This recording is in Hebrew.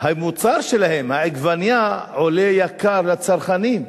המוצר שלהם, העגבנייה, עולה ביוקר לצרכנים.